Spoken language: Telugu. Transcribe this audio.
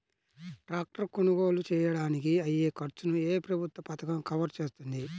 ట్రాక్టర్ కొనుగోలు చేయడానికి అయ్యే ఖర్చును ఏ ప్రభుత్వ పథకం కవర్ చేస్తుంది?